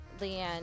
Leanne